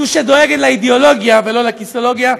זו שדואגת לאידאולוגיה ולא לכיסאולוגיה.